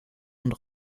und